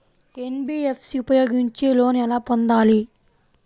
NBFC ఉపయోగించి loan ఎలా పొందాలి?